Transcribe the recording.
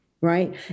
right